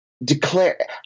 Declare